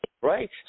Right